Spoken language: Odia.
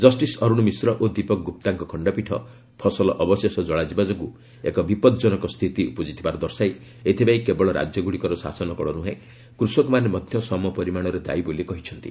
ଜଷ୍ଟିସ୍ ଅରୁଣ ମିଶ୍ର ଓ ଦୀପକ ଗୁପ୍ତାଙ୍କ ଖଣ୍ଡପୀଠ ଫସଲ ଅବଶେଷ ଜଳାଯିବା ଯୋଗୁଁ ଏକ ବିପଦ୍ଜନକ ସ୍ଥିତି ଉପୁଜିଥିବାର ଦର୍ଶାଇ ଏଥିପାଇଁ କେବଳ ରାଜାଗୁଡ଼ିକର ଶାସନକଳ ନୁହେଁ କୃଷକମାନେ ମଧ୍ୟ ସମପରିମାଣରେ ଦାୟି ବୋଲି କହିଛନ୍ତି